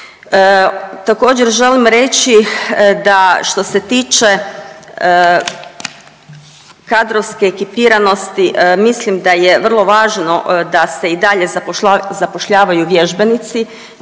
Također želim reći da što se tiče kadrovske ekipiranosti, mislim da je vrlo važno da se i dalje zapošljavaju vježbenici